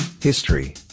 History